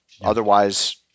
otherwise